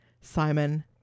Simon